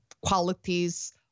qualities